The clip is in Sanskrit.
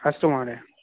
अस्तु महोदय